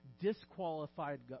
disqualified